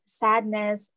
sadness